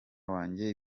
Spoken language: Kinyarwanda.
wanjye